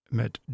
met